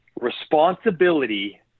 responsibility